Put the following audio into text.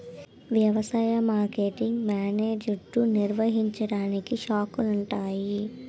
వ్యవసాయ marketing management నిర్వహించడానికి శాఖలున్నాయి